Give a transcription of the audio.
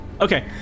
Okay